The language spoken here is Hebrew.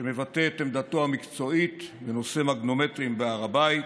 שמבטא את עמדתו המקצועית בנושא מגנומטרים בהר הבית,